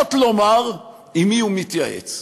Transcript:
לפחות לומר עם מי הוא מתייעץ,